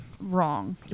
wrong